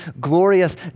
glorious